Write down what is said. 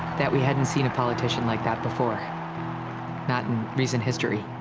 that we hadn't seen a politician like that before, not in recent history.